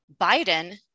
Biden